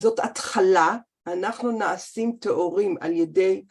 זאת התחלה, אנחנו נעשים טהורים על ידי